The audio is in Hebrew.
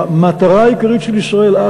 המטרה העיקרית של ישראל אז,